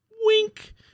Wink